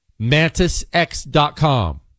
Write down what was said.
MantisX.com